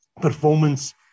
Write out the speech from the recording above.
performance